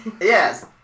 Yes